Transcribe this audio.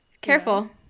Careful